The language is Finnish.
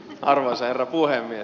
arvoisa herra puhemies